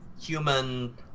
human